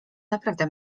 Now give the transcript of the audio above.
naprawdę